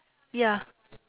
ya